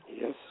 Yes